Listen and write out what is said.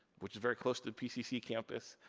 which is very close to pcc campus,